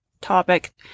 topic